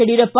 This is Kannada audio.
ಯಡಿಯೂರಪ್ಪ